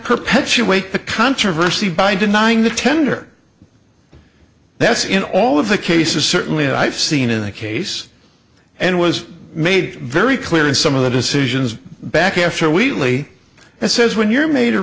perpetuate the controversy by denying the tender that's in all of the cases certainly that i've seen in a case and was made very clear in some of the decisions back after we only it says when you're made a